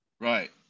Right